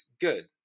good